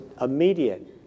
immediate